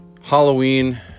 Halloween